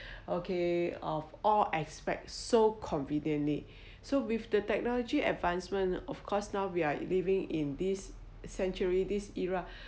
okay of all aspects so convenient so with the technology advancement of course now we are living in this century this era